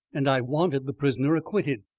and i wanted the prisoner acquitted.